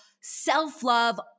self-love